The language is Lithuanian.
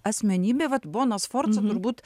asmenybė vat bona sforca turbūt